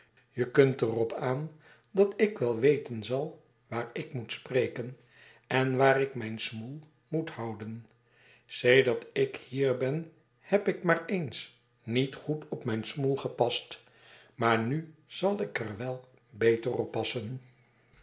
je kunt er op aan dat ik wel weten zal waar ik moet spreken en waar ik mijn smoel moet houden sedert ik hier ben heb ik maar eens niet goed op mijn smoel gepast maar nu zal ik er wel beter op